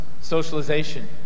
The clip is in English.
socialization